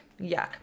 yuck